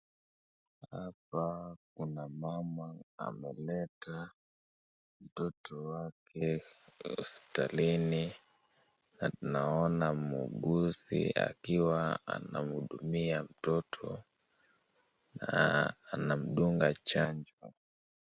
Hapa kuna mama ameleta mtoto wake hospitalini na naona muuguzi akiwa anahudumia mtoto na anamdunga chanjo.